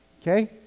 Okay